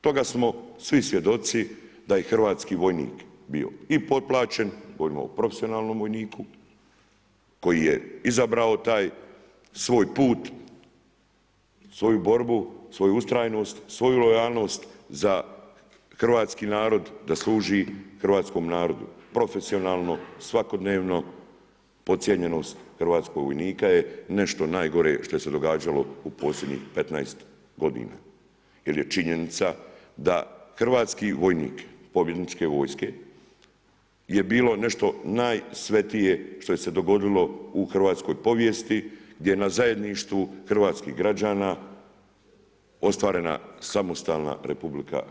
Toga smo svi svjedoci, da je hrvatski vojnik bio i potplaćen, govorimo o profesionalnom vojniku, koji je izabrao taj svoj put, svoju borbu, svoju ustrajnost, svoju lojalnost, za hrvatski narod, da služi hrvatskom narodu, profesionalno, svakodnevno, podcijenjenost hrvatskog vojnika je nešto najgore, što se je događalo u posljednjih 15 g. Jer je činjenica, da hrvatski vojnik pobjedničke vojske, je bilo nešto najsvetije što joj se dogodilo u hrvatskoj povijesti, gdje na zajedništvu hrvatskih građana ostvarena samostalna RH.